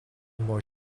more